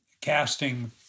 casting